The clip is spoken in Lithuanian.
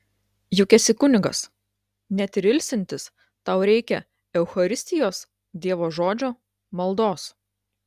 juk esi kunigas net ir ilsintis tau reikia eucharistijos dievo žodžio maldos